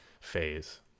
phase